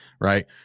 right